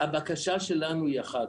הבקשה שלנו היא אחת,